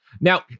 Now